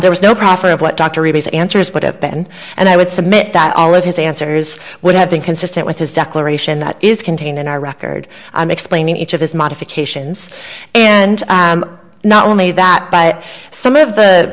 there was no profit of what dr reddy's answers would have been and i would submit that all of his answers would have been consistent with his declaration that is contained in our record i'm explaining each of his modifications and not only that but some of the